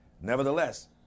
Nevertheless